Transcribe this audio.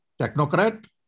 technocrat